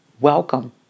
welcome